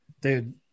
Dude